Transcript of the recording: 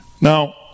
Now